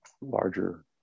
larger